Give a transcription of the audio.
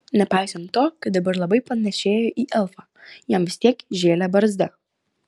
nepaisant to kad dabar labai panėšėjo į elfą jam vis tiek žėlė barzda